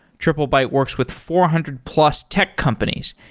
triplebyte works with four hundred plus tech companies,